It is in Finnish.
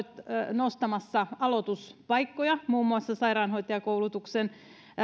nostamassa aloituspaikkoja muun muassa sairaanhoitajakoulutuksen